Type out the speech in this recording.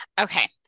Okay